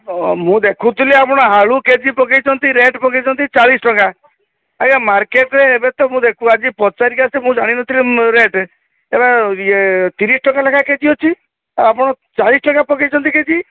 ମୁଁ ଦେଖୁଥିଲି ଆପଣ ଆଳୁ କେ ଜି ପକାଇଛନ୍ତି ରେଟ୍ ପକାଇଛନ୍ତି ଚାଳିଶ ଟଙ୍କା ଆଜ୍ଞା ମାର୍କେଟ୍ରେ ଏବେ ତ ମୁଁ ଆଜି ପଚାରିକି ଆସିଛି ମୁଁ ଜାଣିନଥିଲି ରେଟ୍ ଏବେ ଇଏ ତିରିଶ ଟଙ୍କା ଲାଖେ କେ ଜି ଅଛି ଆପଣ ଚାଳିଶ ଟଙ୍କା ପକାଇଛନ୍ତି କେ ଜି